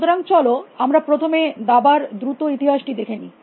সুতরাং চলো আমরা প্রথমে দাবার দ্রুত ইতিহাসটি দেখে নি